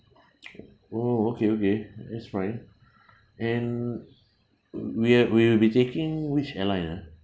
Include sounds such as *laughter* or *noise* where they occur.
oh okay okay that's fine *breath* and we are we will be taking which airline ah